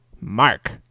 Mark